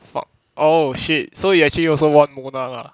fuck oh shit so you actually you also want mona lah